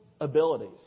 abilities